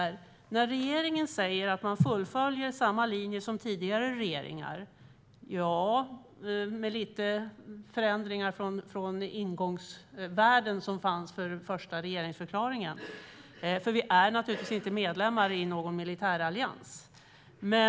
Regeringen säger att de följer samma linje som tidigare regeringar. Det stämmer, med vissa förändringar från de ingångsvärden som fanns i den första regeringsförklaringen eftersom vi inte är medlemmar i någon militärallians.